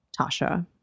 Tasha